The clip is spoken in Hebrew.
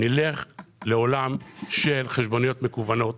נלך לעולם של חשבוניות מקוונות,